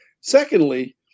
Secondly